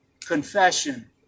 Confession